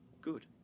good